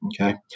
okay